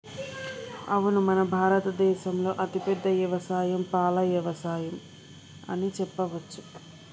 అవును మన భారత దేసంలో అతిపెద్ద యవసాయం పాల యవసాయం అని చెప్పవచ్చు